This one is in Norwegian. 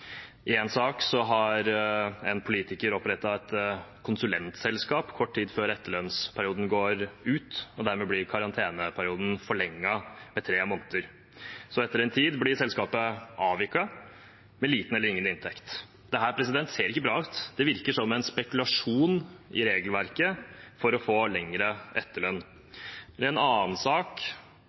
har en politiker opprettet et konsulentselskap kort tid før etterlønnsperioden gikk ut, og dermed ble karanteneperioden forlenget med tre måneder. Så, etter en tid, ble selskapet avviklet, med liten eller ingen inntekt. Det ser ikke bra ut. Det virker som en spekulasjon i regelverket for å få etterlønn lenger. I en annen sak